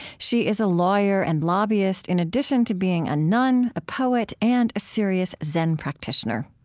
she is a lawyer and lobbyist in addition to being a nun, a poet, and a serious zen practitioner.